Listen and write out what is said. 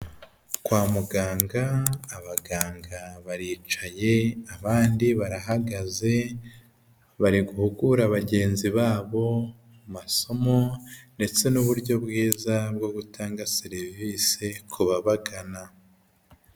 Kwa muganga, abaganga baricaye abandi barahagaze bari guhugura bagenzi babo mu masomo ndetse n'uburyo bwiza bwo gutanga serivisi ku babagana.